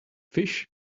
fish